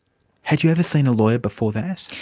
had you ever seen a lawyer before that?